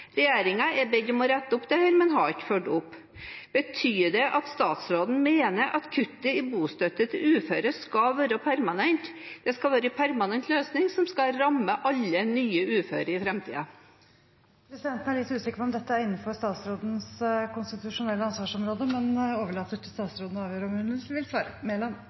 er bedt om å rette opp dette, men har ikke fulgt opp. Betyr det at statsråden mener at kuttet i bostøtte til uføre skal være en permanent løsning, som vil ramme alle nye uføre i framtiden? Presidenten er litt usikker på om dette er innenfor statsrådens konstitusjonelle ansvarsområde, men overlater til statsråden